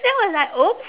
then was like !oops!